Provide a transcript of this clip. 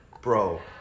Bro